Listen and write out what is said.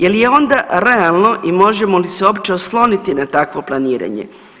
Jel je onda realno i možemo li se uopće osloniti na takvo planiranje?